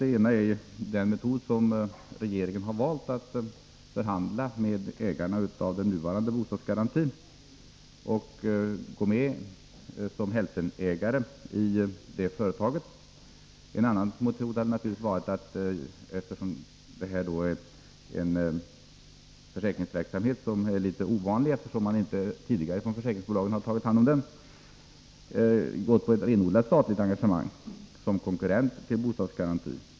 Det ena sättet är den metod som regeringen har valt, nämligen att förhandla med ägarna av nuvarande AB Bostadsgaranti och gå med som hälftenägare i det företaget. En annan metod hade varit att — eftersom detta är en litet ovanlig försäkringsverksamhet, välja ett renodlat statligt engagemang som konkur 39 Nr 45 rent till AB Bostadsgaranti. Ytterligare en form är att försäkringsbolagen Tisdagen den engagerar sig på detta försäkringsområde.